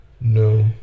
No